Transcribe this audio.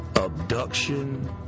Abduction